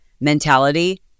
Mentality